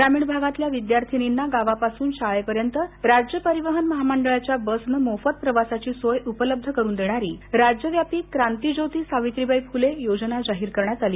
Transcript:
ग्रामीण भागातल्या विद्यार्थिनींना गावापासून शाळेपर्यंत राज्य परिवहन महामंडळाच्या बसने मोफत प्रवासाची सोय उपलब्ध करून देणारी राज्यव्यापी क्रांतीज्योती सावित्राबाई फुले योजना जाहीर करण्यात आली